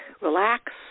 relax